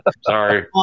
Sorry